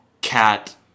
Cat